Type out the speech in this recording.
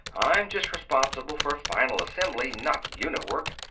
i'm just responsible for final assembly, not unit work.